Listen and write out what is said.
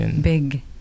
Big